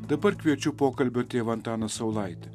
dabar kviečiu pokalbio tėvą antaną saulaitį